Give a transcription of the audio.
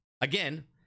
Again